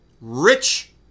rich